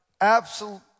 absolute